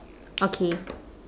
okay